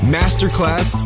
masterclass